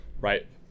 right